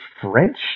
french